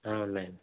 ఉన్నాయి అండి